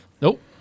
Nope